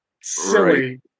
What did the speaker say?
silly